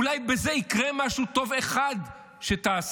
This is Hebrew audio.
אולי בזה יקרה משהו טוב אחד שתעשה.